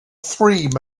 three